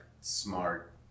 smart